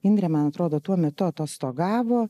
indrė man atrodo tuo metu atostogavo